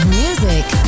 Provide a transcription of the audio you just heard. music